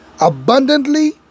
abundantly